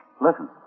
Listen